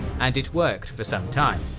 and it worked for some time.